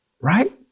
right